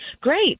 Great